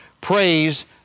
praise